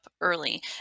early